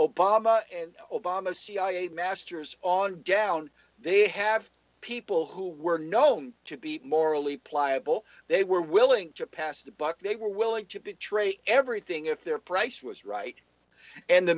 obama and obama cia masters on down they have people who were known to be morally pliable they were willing to pass the buck they were willing to betray everything if their price was right and the